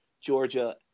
Georgia